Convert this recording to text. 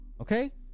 okay